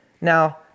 now